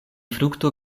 frukto